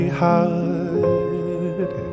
heart